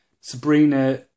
Sabrina